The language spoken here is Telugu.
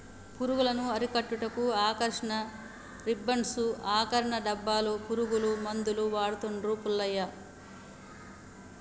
పురుగులను అరికట్టుటకు ఆకర్షణ రిబ్బన్డ్స్ను, ఆకర్షణ డబ్బాలు, పురుగుల మందులు వాడుతాండు పుల్లయ్య